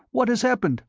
what has happened?